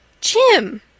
Jim